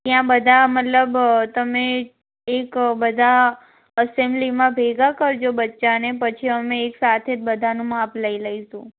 ત્યાં બધા મતલબ તમે એક બધા અસેમ્બલીમાં ભેગા કરજો બચ્ચાને પછી અમે એકસાથે જ બધાનું માપ લઈ લઈશું